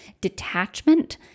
detachment